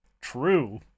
True